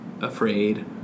afraid